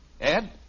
Ed